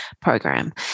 program